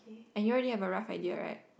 and you already have a rough idea right